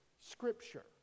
Scripture